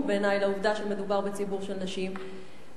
בעיני לעובדה שמדובר בציבור של נשים.